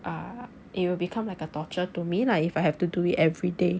uh it will become like a torture to me lah if I have to do it every day